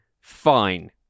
fine